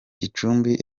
gicumbi